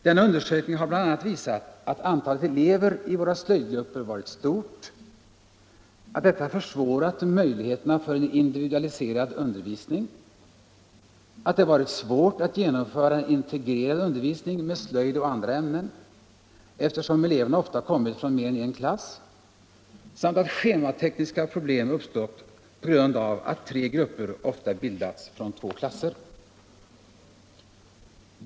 Denna undersökning har bl.a. visat, att antalet elever i många slöjdgrupper varit stort, att detta försvårat möjligheterna för en individualiserad undervisning, att det varit svårt att genomföra en integrerad undervisning med slöjd och andra ämnen, eftersom eleverna ofta kommit från mer än en klass, samt att schematekniska problem uppstått på grund av att tre grupper ofta bildats från två klasser.